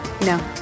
No